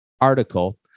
article